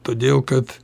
todėl kad